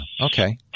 Okay